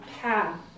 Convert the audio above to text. path